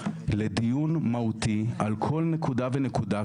לדיון מהותי על כל נקודה ונקודה,